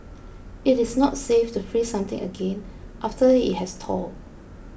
it is not safe to freeze something again after it has thawed